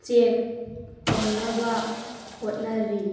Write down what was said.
check ꯇꯧꯅꯕ ꯍꯣꯠꯅꯔꯤ